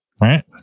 Right